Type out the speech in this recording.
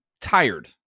tired